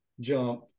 jump